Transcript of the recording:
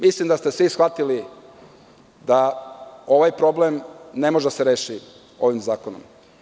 Mislim da ste svi shvatili da ovaj problem ne može da se reši ovim zakonom.